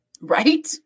Right